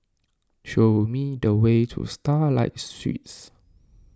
show me the way to Starlight Suites